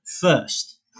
first